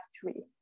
three